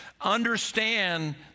understand